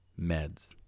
meds